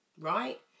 right